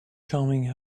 coming